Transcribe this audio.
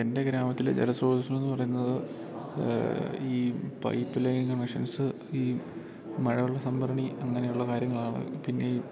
എൻ്റെ ഗ്രാമത്തില് ജലസ്രോതസ്ന്ന് പറയുന്നത് ഈ പൈപ്പ് ലൈൻ കണക്ഷൻസ് ഈ മഴവെള്ള സംഭരണി അങ്ങനെയുള്ള കാര്യങ്ങളാണ് പിന്നെയീ